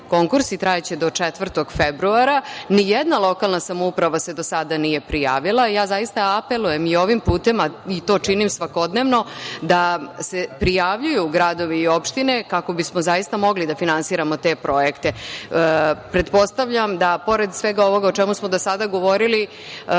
i trajaće do 4. februara, ni jedna lokalna samouprava se do sada nije prijavila. Ja zaista apelujem i ovim putem i to činim svakodnevno, da se prijavljuju gradovi i opštine kako bismo zaista mogli da finansiramo te projekte. Pretpostavljam da pored svega ovoga o čemu smo do sada govorili